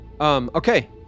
Okay